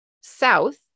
south